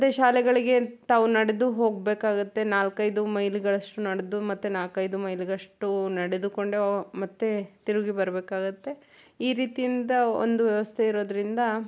ಅದೆ ಶಾಲೆಗಳಿಗೆ ತಾವು ನಡೆದು ಹೋಗಬೇಕಾಗುತ್ತೆ ನಾಲ್ಕುಐದು ಮೈಲಿಗಳಷ್ಟು ನಡೆದು ಮತ್ತೆ ನಾಲ್ಕೈದು ಮೈಲಿಗಳಷ್ಟು ನಡೆದುಕೊಂಡೆ ಮತ್ತೆ ತಿರುಗಿ ಬರಬೇಕಾಗುತ್ತೆ ಈ ರೀತಿಯಿಂದ ಒಂದು ವ್ಯವಸ್ಥೆ ಇರೋದರಿಂದ